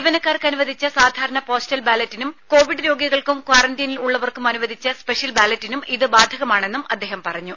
ജീവനക്കാർക്ക് അനുവദിച്ച സാധാരണ പോസ്റ്റൽ ബാലറ്റിനും കോവിഡ് രോഗികൾക്കും ക്വാറന്റീനിൽ ഉള്ളവർക്കും അനുവദിച്ച സ്പെഷ്യൽ ബാലറ്റിനും ഇത് ബാധകമാണെന്നും അദ്ദേഹം പറഞ്ഞു